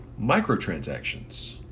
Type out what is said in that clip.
microtransactions